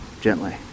gently